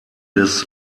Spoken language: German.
des